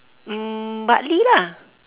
um bartley lah